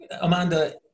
Amanda